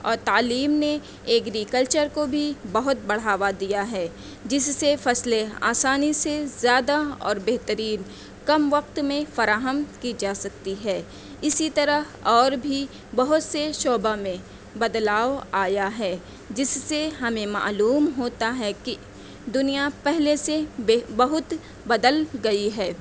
اور تعلیم نے ایگریکلچر کو بھی بہت بڑھاوا دیا ہے جس سے فصلیں آسانی سے زیادہ اور بہترین کم وقت میں فراہم کی جا سکتی ہے اسی طرح اور بھی بہت سے شعبہ میں بدلاؤ آیا ہے جس سے ہمیں معلوم ہوتا ہے کہ دنیا پہلے سے بہت بدل گئی ہے